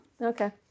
Okay